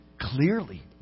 clearly